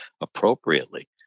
appropriately